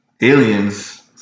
Aliens